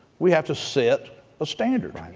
we have to set a standard.